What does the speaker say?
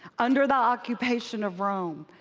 under the occupation of rome,